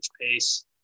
pace